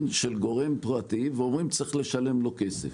של גורם פרטי ואומרים שצריך לשלם לו כסף.